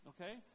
Okay